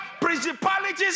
principalities